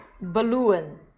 balloon